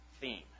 theme